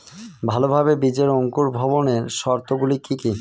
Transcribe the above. ভালোভাবে বীজের অঙ্কুর ভবনের শর্ত গুলি কি কি?